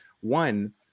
One